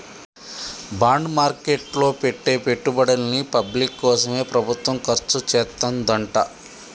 bond market లో పెట్టే పెట్టుబడుల్ని పబ్లిక్ కోసమే ప్రభుత్వం ఖర్చుచేత్తదంట